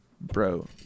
bro